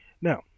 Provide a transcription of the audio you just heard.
now